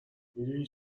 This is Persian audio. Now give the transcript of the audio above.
میدونی